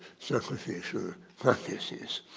sacrificial practices.